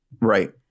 Right